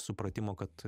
supratimo kad